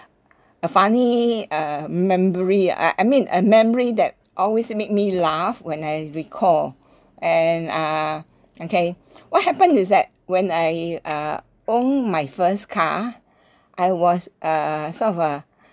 a funny uh memory uh I mean a memory that always make me laugh when I recall and uh okay what happens is that when I uh own my first car I was uh sort of uh